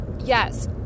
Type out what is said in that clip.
Yes